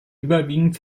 überwiegend